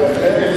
בהחלט.